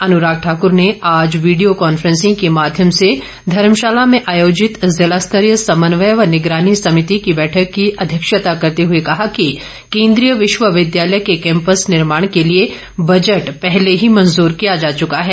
अनुराग ठाकुर ने आज video conferencing के माध्यम से धर्मशाला में आयोजित जिला स्तरीय समन्वय व निगरानी समिति की बैठक की अध्यक्षता करते हुए कहा कि केंद्रीय विश्वविद्यालय के कैंपस निर्माण के लिए बजट पहले ही मंजूर किया जा चुका है